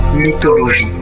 Mythologie